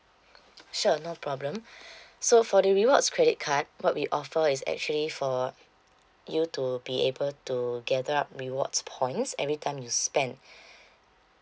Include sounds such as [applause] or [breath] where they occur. sure no problem [breath] so for the rewards credit card what we offer is actually for you to be able to gather up reward points every time you spend [breath]